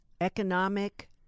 economic